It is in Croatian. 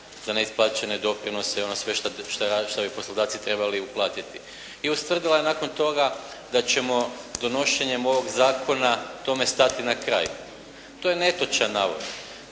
za neisplaćene doprinose i ono sve što bi poslodavci trebali uplatiti. I ustvrdila je nakon toga da ćemo donošenjem ovog zakona tome stati na kraj. To je netočan navod.